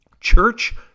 Church